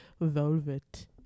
Velvet